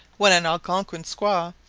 when an algonquin squaw,